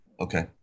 Okay